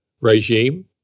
regime